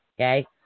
Okay